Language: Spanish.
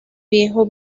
viejo